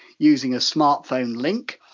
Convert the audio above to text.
using a smartphone link,